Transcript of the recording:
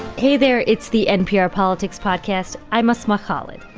hey there. it's the npr politics podcast. i'm asma khalid.